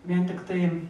vien tiktai